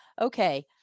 Okay